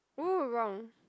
(woo) wrong